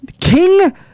King